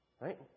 Right